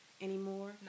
anymore